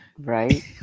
right